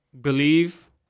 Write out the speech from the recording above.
believe